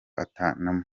atanamuzi